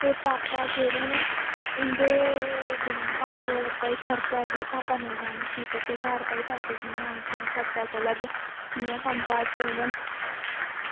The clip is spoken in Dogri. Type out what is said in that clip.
ते भापा जेह्ड़े न उंदे बिना भई घर खर्चा जे भापा नेईं देन ते घर भई पैसे कियां आङन ते घर भई खर्चा कियां चलग कियां कम्म काज़ चलने न